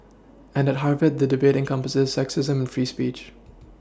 and at Harvard that debating encompasses sexism and free speech